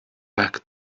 back